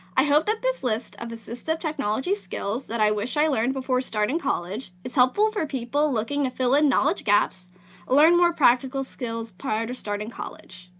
i hope that this list of assistive technology skills that i wish i learned before starting college is helpful for people looking to fill in knowledge gaps or learn more practical skills prior to starting college.